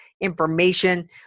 information